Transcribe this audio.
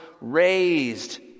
raised